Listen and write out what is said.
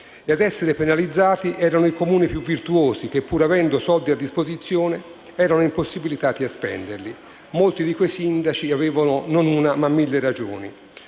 Ad essere penalizzati erano i Comuni più virtuosi che, pur avendo soldi a disposizione, erano impossibilitati a spenderli. Molti di quei sindaci avevano non una, ma mille ragioni.